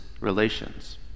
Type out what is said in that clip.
relations